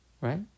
Right